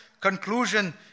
conclusion